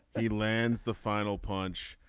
he lands the final punch.